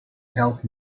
help